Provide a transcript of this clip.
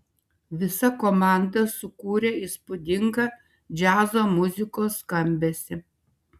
visa komanda sukūrė įspūdingą džiazo muzikos skambesį